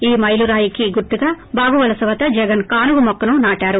ఈ మైలురాయికి గుర్తుగా బాగువలస వద్ద జగన్ కానుగు మొక్క నాటారు